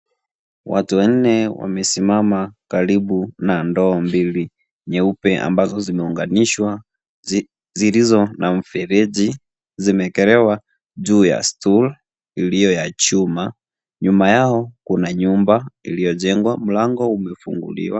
Watu wanne wamesimama karibu na ndoo mbili nyeupe ambazo zimeunganishwa zilizo na mfereji zimeekelewa juu ya stuli iliyo ya chuma, nyuma yao kuna nyumba iliyojengwa mlango umefunguliwa.